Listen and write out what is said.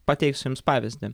pateiksiu jums pavyzdį